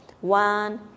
one